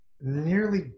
nearly